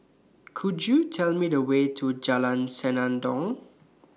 Could YOU Tell Me The Way to Jalan Senandong